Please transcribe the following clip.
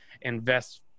invest